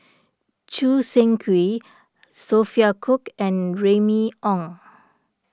Choo Seng Quee Sophia Cooke and Remy Ong